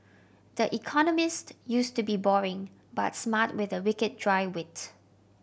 the Economist used to be boring but smart with a wicked dry wit